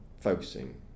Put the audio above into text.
focusing